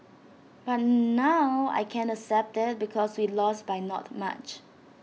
but now I can accept IT because we lost by not much